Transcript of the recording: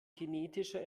kinetischer